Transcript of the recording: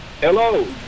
Hello